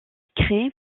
créé